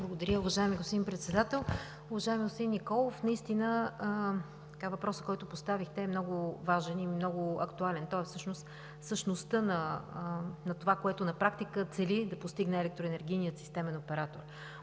Благодаря, уважаеми господин Председател. Уважаеми господин Николов, наистина въпросът, който поставихте, е много важен и актуален. Той е същността на това, което на практика цели да постигне Електроенергийният системен оператор,